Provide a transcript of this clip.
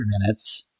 minutes